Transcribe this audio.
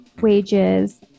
wages